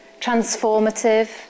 transformative